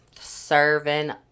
serving